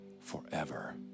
forever